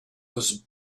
was